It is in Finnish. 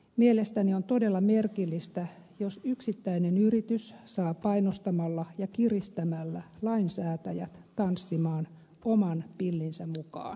mielestäni on todella merkillistä jos yksittäinen yritys saa painostamalla ja kiristämällä lainsäätäjät tanssimaan oman pillinsä mukaan